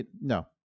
No